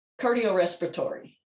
cardiorespiratory